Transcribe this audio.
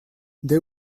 they